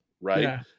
right